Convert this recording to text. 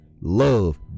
love